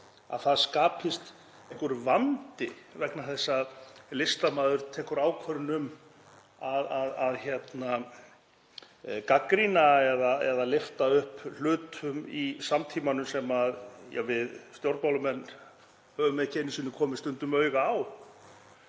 að það skapist einhver vandi vegna þess að listamaður tekur ákvörðun um að gagnrýna eða lyfta upp hlutum í samtímanum sem við stjórnmálamenn höfum stundum ekki einu sinni komið auga á.